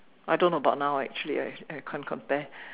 I don't know about now actually I I can't compare